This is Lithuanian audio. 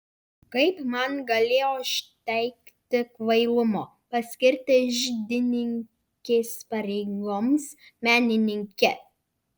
kaip man galėjo užtekti kvailumo paskirti iždininkės pareigoms menininkę